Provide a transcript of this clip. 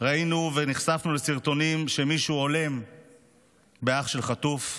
ראינו ונחשפנו לסרטונים שבהם רואים מישהו הולם באח של חטוף.